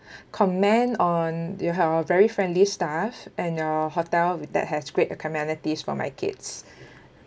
commend on your very friendly staff and your hotel that has great amenities for my kids